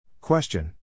Question